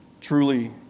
Truly